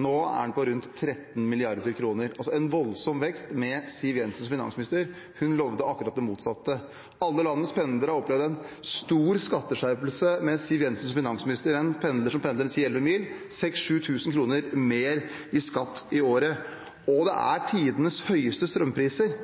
Nå er den på rundt 13 mrd. kr, altså en voldsom vekst med Siv Jensen som finansminister. Hun lovet akkurat det motsatte. Alle landets pendlere har opplevd en stor skatteskjerpelse med Siv Jensen som finansminister – en pendler som pendler 10–11 mil, får 6 000–7 000 kr mer i skatt i året. Og det er tidenes høyeste strømpriser.